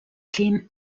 clean